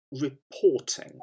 reporting